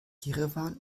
jerewan